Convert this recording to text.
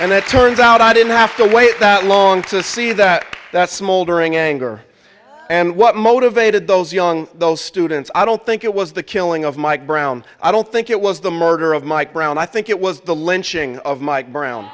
it turns out i didn't have to wait that long to see that that smoldering anger and what motivated those young those students i don't think it was the killing of mike brown i don't think it was the murder of mike brown i think it was the lynching of mike brown